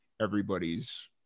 everybody's